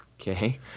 Okay